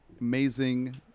amazing